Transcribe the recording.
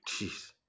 Jeez